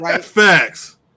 Facts